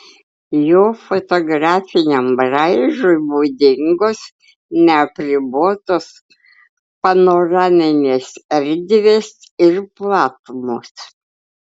jo fotografiniam braižui būdingos neapribotos panoraminės erdvės ir platumos